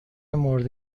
مورد